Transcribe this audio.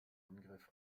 angriff